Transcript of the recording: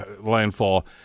landfall